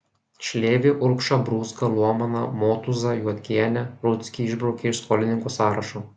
šlėvį urbšą brūzgą luomaną motūzą juodkienę rudzkį išbraukė iš skolininkų sąrašo